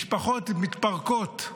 משפחות מתפרקות,